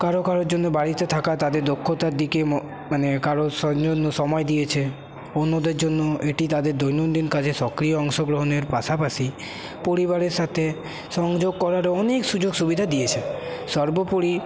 কারো কারোর জন্য বাড়িতে থাকা তাদের দক্ষতার দিকে মানে কারোর সময় দিয়েছে অন্যদের জন্য এটি তাদের দৈনন্দিন কাজে সক্রিয় অংশগ্রহণের পাশাপাশি পরিবারের সাথে সংযোগ করার অনেক সুযোগ সুবিধা দিয়েছে সর্বোপরি